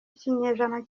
ikinyejana